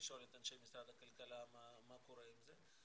לשאול את אנשי משרד הכלכלה מה קורה עם זה.